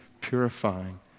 purifying